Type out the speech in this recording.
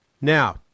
now